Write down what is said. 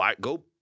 Go